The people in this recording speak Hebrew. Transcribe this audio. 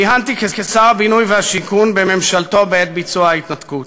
כיהנתי כשר הבינוי והשיכון בממשלתו בעת ביצוע ההתנתקות.